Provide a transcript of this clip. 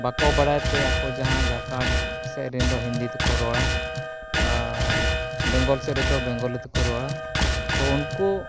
ᱵᱟᱠᱚ ᱵᱟᱲᱟᱭᱛᱮ ᱟᱠᱚ ᱡᱟᱦᱟᱸ ᱡᱷᱟᱲᱠᱷᱚᱸᱰ ᱥᱮᱫ ᱨᱮᱱ ᱫᱚ ᱦᱤᱱᱫᱤ ᱛᱮᱠᱚ ᱨᱚᱲᱟ ᱟᱨ ᱵᱮᱝᱜᱚᱞ ᱥᱮᱫ ᱨᱮᱱᱫᱚ ᱵᱮᱝᱜᱚᱞᱤ ᱛᱮᱠᱚ ᱨᱚᱲᱟ ᱛᱚ ᱩᱱᱠᱩ